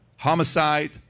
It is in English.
Homicide